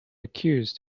accuse